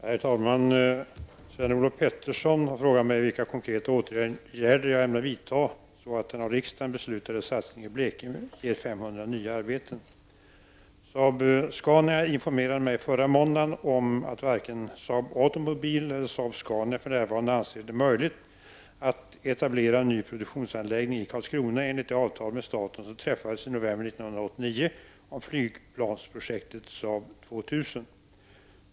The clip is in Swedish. Herr talman! Sven-Olof Petersson har frågat mig vilka konkreta åtgärder jag ämnar vidta så att den av riksdagen beslutade satsningen i Blekinge ger Saab-Scania informerade mig förra måndagen om att varken Saab Automobile eller Saab-Scania för närvarande anser det möjligt att etablera en ny produktionsanläggning i Karlskrona enligt det avtal med staten som träffades i november 1989 om flygplansprojektet SAAB 2000.